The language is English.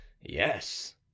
yes